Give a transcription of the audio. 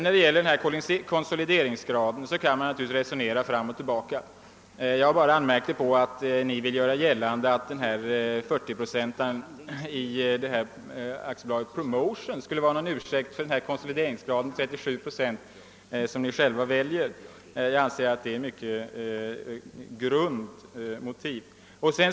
När det gäller konsolideringsgraden kan man naturligtvis resonera fram och tillbaka. Jag anmärkte bara på att ni ville göra gällande att den 40-procentiga konsolideringsgraden i AB Promotion skulle vara en ursäkt för den 37 procentiga konsolideringsgrad som ni själva väljer. Jag anser att det är ett mycket grunt motiv.